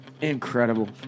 incredible